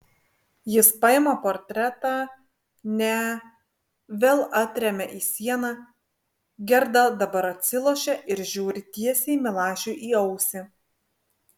jis paima portretą ne vėl atremia į sieną gerda dabar atsilošia ir žiūri tiesiai milašiui į ausį